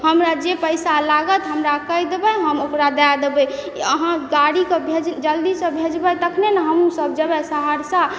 हमरा जे पैसा लागत हमरा कही देबय हम ओकरा दए देबय अहाँ गाड़ीके भेज जल्दीसँ भेजबय तखने ने हमहुँ सब जेबय सहरसा